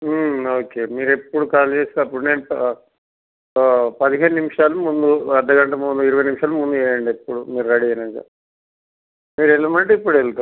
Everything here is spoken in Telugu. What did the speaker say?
ఓకే మీరు ఎప్పుడు కాల్ చేస్తే అప్పుడు నేను పదిహేను నిమిషాలు ముందు అర్ధగంట ముందు ఇరవై నిమిషాలు ముందు చేయండి ఎప్పుడు మీరు రెడీ అయినాక మీరు వెళ్ళమంటే ఇప్పుడు వెళ్తాం